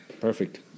Perfect